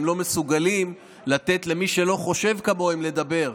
הם לא מסוגלים לתת למי שלא חושב כמוהם לדבר.